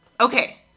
okay